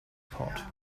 port